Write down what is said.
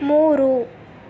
ಮೂರು